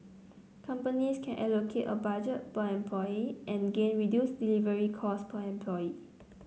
companies can allocate a budget by employee and gain reduced delivery cost per employee